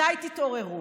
מתי תתעוררו?